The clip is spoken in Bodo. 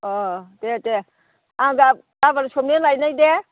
अ दे दे आं दा गाबोन समनिया लायनि दे